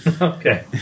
Okay